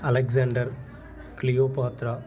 Alexander Cleopatra